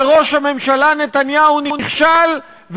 וראש הממשלה נתניהו נכשל,